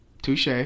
Touche